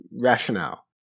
rationale